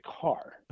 car